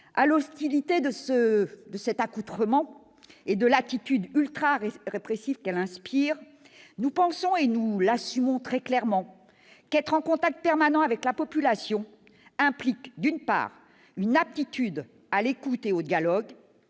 À l'hostilité de cet accoutrement et de l'attitude ultra-répressive qu'elle inspire, nous pensons- et nous l'assumons très clairement -qu'être en contact permanent avec la population implique une aptitude à l'écoute et au dialogue,